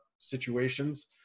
situations